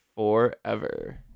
Forever